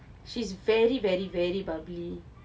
she is very very very bubbly